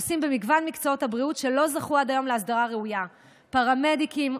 עושים במגוון מקצועות הבריאות שלא זכו עד היום להסדרה ראויה: פרמדיקים,